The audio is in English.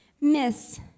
miss